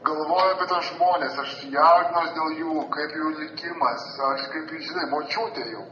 galvoju apie tuos žmones aš jaudinuos dėl jų kaip jų likimas aš kaip žinai močiutė jau